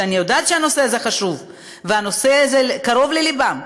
שאני יודעת שהנושא הזה חשוב להם והנושא הזה קרוב ללבם,